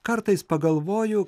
kartais pagalvoju